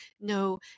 no